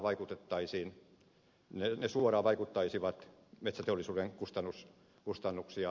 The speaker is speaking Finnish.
ne suoraan vaikuttaisivat metsäteollisuuden kustannuksia alentavasti